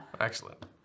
Excellent